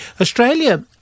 Australia